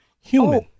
Human